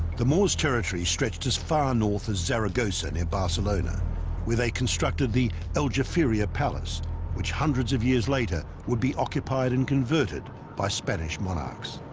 the moors territory stretched as far north as zaragoza near barcelona where they constructed the aljaferia palace which hundreds of years later would be occupied and converted by spanish monarchs